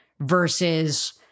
versus